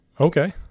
Okay